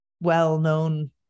well-known